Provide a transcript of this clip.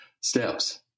steps